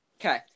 Okay